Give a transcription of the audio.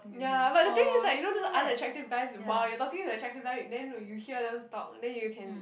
ya but the thing is like you know this unattractive guys !wah! you're talking to attractive then we you hear them talk then you can